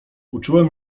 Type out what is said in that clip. uczułem